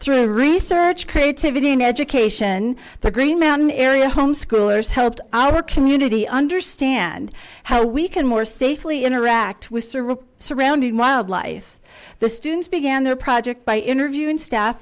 through research creativity and education the green mountain area homeschoolers helped our community understand how we can more safely interact with surrounding wildlife the students began their project by interviewing staff